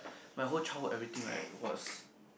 my whole childhood everything right was